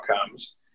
outcomes